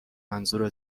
منظور